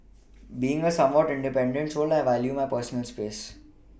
being a somewhat independent soul I value my personal space